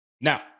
Now